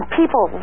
people